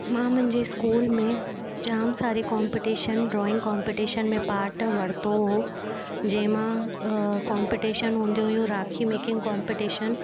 मां मुंहिंजे स्कूल में जाम सारे कॉम्पिटिशन ड्रॉइंग कॉम्पिटिशन में पार्ट वरितो हुओ जंहिं मां कॉम्पिटिशन हूंदी हुयूं राखी मेकिंग कॉम्पिटिशन